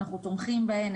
אנחנו תומכים בהן.